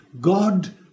God